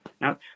now